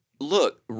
Look